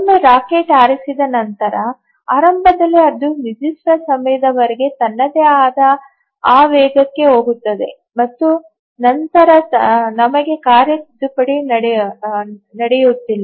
ಒಮ್ಮೆ ರಾಕೆಟ್ ಹಾರಿಸಿದ ನಂತರ ಆರಂಭದಲ್ಲಿ ಅದು ನಿರ್ದಿಷ್ಟ ಸಮಯದವರೆಗೆ ತನ್ನದೇ ಆದ ಆವೇಗಕ್ಕೆ ಹೋಗುತ್ತದೆ ಮತ್ತು ನಂತರ ನಮಗೆ ಕಾರ್ಯ ತಿದ್ದುಪಡಿ ನಡೆಯುತ್ತಿಲ್ಲ